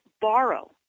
borrow